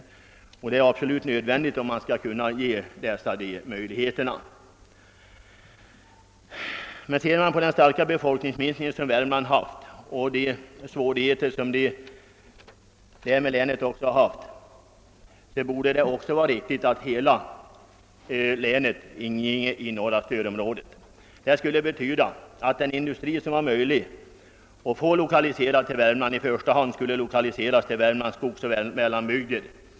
Det är därför absolut nödvändigt att Säffle får de möjligheter som stödområdesbestämmelserna ger för att skaffa arbete och utkomst åt de fristälida. Med tanke på den starka befolkningsminskning som ägt rum i Värmland och de svårigheter som därav följt, borde hela länet ingå i norra stödområdet. Det skulle betyda att den industri som därmed skulle kunna etableras i Värmland i första hand skulle lokaliseras till Värmlands skogsoch mellanbygder.